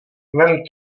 vem